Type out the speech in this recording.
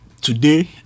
today